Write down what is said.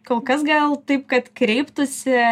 kol kas gal taip kad kreiptųsi